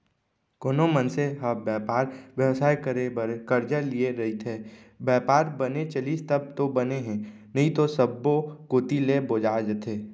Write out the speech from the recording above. कोनो मनसे ह बयपार बेवसाय करे बर करजा लिये रइथे, बयपार बने चलिस तब तो बने हे नइते सब्बो कोती ले बोजा जथे